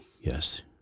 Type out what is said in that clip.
Yes